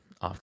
off